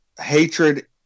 Hatred